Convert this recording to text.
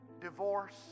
divorce